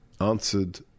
answered